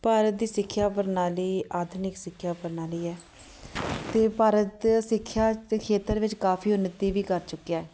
ਭਾਰਤ ਦੀ ਸਿੱਖਿਆ ਪ੍ਰਣਾਲੀ ਆਧੁਨਿਕ ਸਿੱਖਿਆ ਪ੍ਰਣਾਲੀ ਹੈ ਅਤੇ ਭਾਰਤ ਸਿੱਖਿਆ ਦੇ ਖੇਤਰ ਵਿੱਚ ਕਾਫ਼ੀ ਉੱਨਤੀ ਵੀ ਕਰ ਚੁੱਕਿਆ